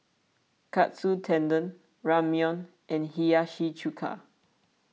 Katsu Tendon Ramyeon and Hiyashi Chuka